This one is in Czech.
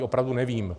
Opravdu nevím.